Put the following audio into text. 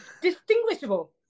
distinguishable